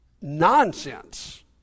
Nonsense